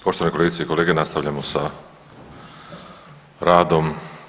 Poštovane kolegice i kolege, nastavljamo sa radom.